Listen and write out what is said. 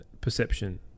perception